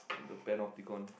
the panopticon